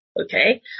okay